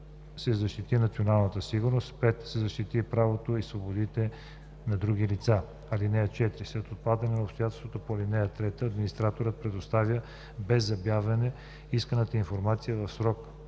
4. се защити националната сигурност; 5. се защитят правата и свободите на други лица. (4) След отпадане на обстоятелство по ал. 3 администраторът предоставя без забавяне исканата информация в срока